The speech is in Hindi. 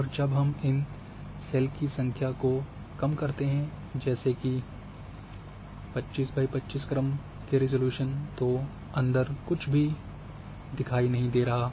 और जब इन सेल की संख्या कम हो जाती है जैसे 5 X 5 क्रम के रिज़ॉल्यूशन तो अंदर कुछ भी दिखाई नहीं दे रहा है